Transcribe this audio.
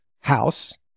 house